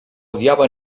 odiava